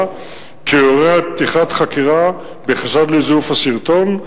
כי יורה על פתיחת חקירה בחשד לזיוף הסרטון.